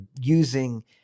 using